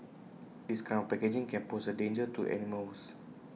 this kind of packaging can pose A danger to animals